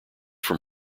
from